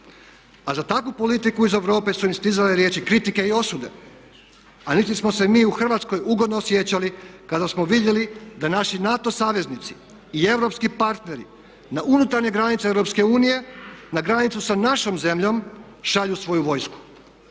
A za takvu politiku iz Europe su im stizale riječi kritike i osude. A niti smo se mi u Hrvatskoj ugodno osjećali kada smo vidjeli da naši NATO saveznici i europski partneri na unutarnje granice Europske unije, na granicu sa našom zemljom šalju svoju vojsku.